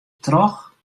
troch